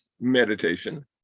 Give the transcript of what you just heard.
meditation